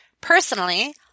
Personally